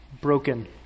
broken